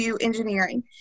engineering